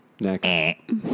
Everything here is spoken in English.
Next